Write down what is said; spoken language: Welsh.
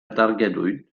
dargedwyd